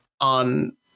on